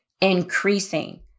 increasing